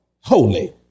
Holy